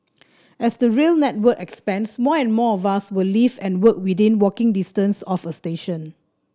as the rail network expands more and more of us will live and work within walking distance of a station